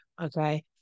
okay